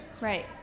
Right